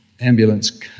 ambulance